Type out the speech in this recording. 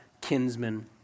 kinsman